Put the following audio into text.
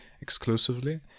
exclusively